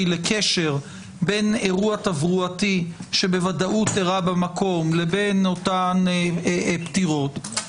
לקשר בין אירוע תברואתי שבוודאות אירע במקום לבין אותן פטירות,